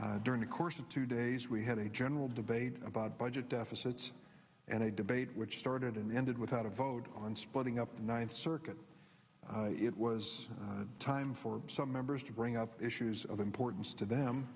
minutes during the course of two days we had a general debate about budget deficits and a debate which started and ended without a vote on splitting up ninth circuit it was time for some members to bring up issues of importance to them